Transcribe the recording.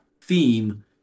theme